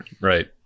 Right